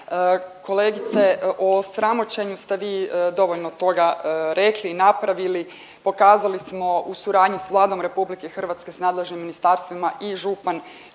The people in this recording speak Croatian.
Kolegice, o sramočenju ste vi dovoljno toga rekli i napravili, pokazali smo u suradnji s Vladom RH, s nadležnim ministarstvima i župan,